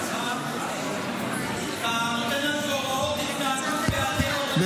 אתה נותן לנו הוראות לפני --- בהיעדר --- איך להתמודד עם המצב הזה?